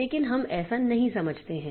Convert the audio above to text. लेकिन हम ऐसा नहीं समझते हैं